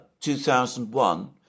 2001